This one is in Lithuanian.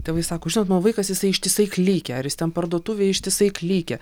tėvai sako žinot mano vaikas jisai ištisai klykia ar jis ten parduotuvėj ištisai klykia